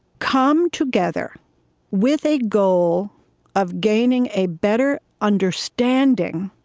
come together with a goal of gaining a better understanding